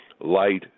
light